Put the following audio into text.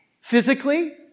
Physically